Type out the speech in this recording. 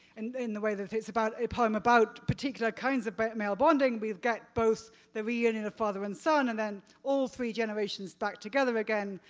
and in the way that it's about a poem about particular kind of but male bonding, we've got both the reunion of father and son and then all three generations back together again,